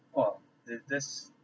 !wah! that that's